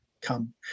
come